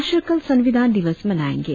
राष्ट्र कल संविधान दिवस मनाएंगे